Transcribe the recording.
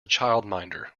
childminder